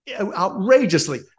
outrageously